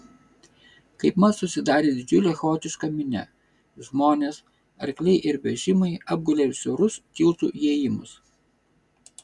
kaipmat susidarė didžiulė chaotiška minia žmonės arkliai ir vežimai apgulė siaurus tiltų įėjimus